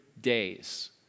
days